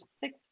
six